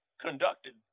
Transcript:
conducted